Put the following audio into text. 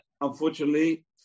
unfortunately